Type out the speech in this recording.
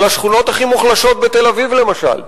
על השכונות הכי מוחלשות בתל-אביב למשל,